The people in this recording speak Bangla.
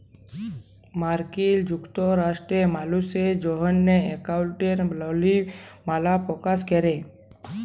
মার্কিল যুক্তরাষ্ট্রে মালুসের জ্যনহে একাউল্টিংয়ের লিতিমালা পকাশ ক্যরে